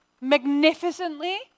magnificently